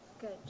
Good